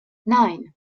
nine